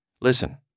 listen